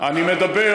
אני מדבר